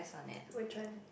which one